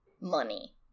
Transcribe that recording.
money